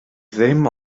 ddim